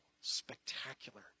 spectacular